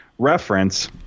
Reference